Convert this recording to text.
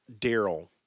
Daryl